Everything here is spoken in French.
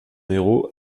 héros